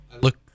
look